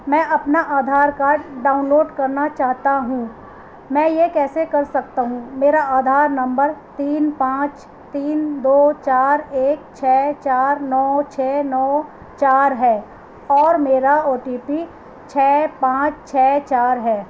میں اپنا Aadhaar card download کرنا چاہتا ہوں میں یہ کیسے کر سکتا ہوں میرا آدھار نمبر تین پانچ تین دو چار ایک چھ چار نو چھ نو چار ہے اور میرا او ٹی پی چھ پانچ چھ چار ہے